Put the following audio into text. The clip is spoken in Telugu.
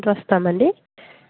ఓకే ఎక్కడికండి